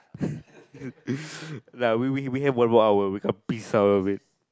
like we we we have one more hour we can piss our way